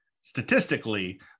statistically